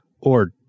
Or